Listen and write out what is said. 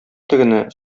тегене